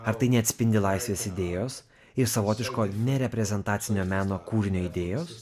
ar tai neatspindi laisvės idėjos ir savotiško nereprezentacinio meno kūrinio idėjos